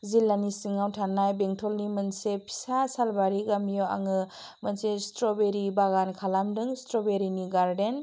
जिल्लानि सिङाव थानाय बेंटलनि मोनसे फिसा सालबारि गामियाव आङो मोनसे स्ट्रबेरि बागान खालामदों स्ट्रबेरिनि गार्डेन